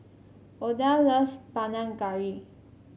Odell loves Panang Curry